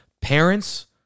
Parents